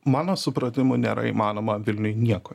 mano supratimu nėra įmanoma vilniuj nieko